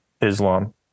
Islam